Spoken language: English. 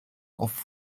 off